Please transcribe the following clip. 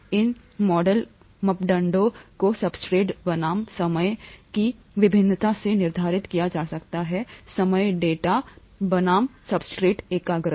इन model मापदंडों को substrate बनाम समय की भिन्नता से निर्धारित किया जा सकता है समय डेटा बनाम सब्सट्रेट एकाग्रता